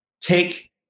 take